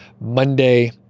Monday